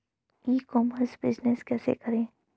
ई commerce business कैसे करें?